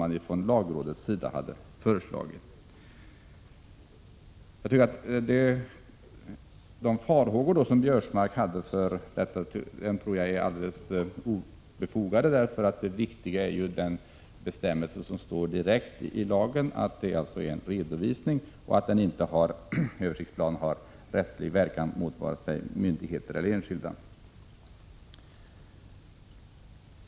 Jag tror att Karl-Göran Biörsmarks farhågor är alldeles obefogade, eftersom det viktiga är den bestämmelse som finns i lagen och som säger att det är fråga om en redovisning och att översiktsplanen inte har rättslig verkan vare sig mot myndigheter eller enskilda.